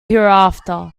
hereafter